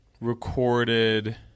recorded